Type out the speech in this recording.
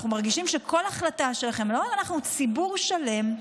אנחנו מרגישים שכל החלטה שלכם, אנחנו ציבור שלם,